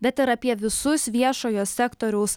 bet ir apie visus viešojo sektoriaus